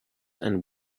and